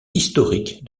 historique